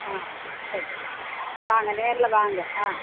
ஆ சரி வாங்க நேரில் வாங்க ஆ